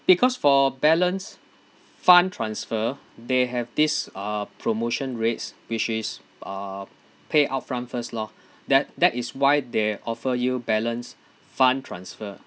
because for balance fund transfer they have this uh promotion rates which is uh pay upfront first lor that that is why they offer you balance fund transfer